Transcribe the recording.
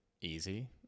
easy